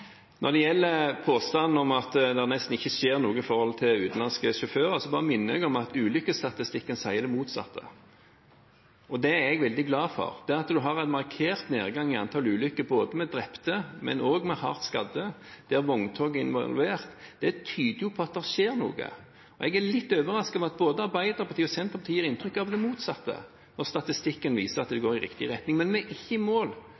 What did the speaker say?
Når det gjelder påstanden om at det nesten ikke skjer noe når det gjelder utenlandske sjåfører, minner jeg bare om at ulykkesstatistikken sier det motsatte. Det er jeg veldig glad for. Det at en har en markert nedgang i antallet ulykker – både drepte og hardt skadde – der vogntog er involvert, tyder på at det skjer noe. Jeg er litt overrasket over at både Arbeiderpartiet og Senterpartiet gir inntrykk av det motsatte, når statistikken viser at det går i riktig retning. Men vi er ikke i mål.